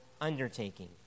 undertaking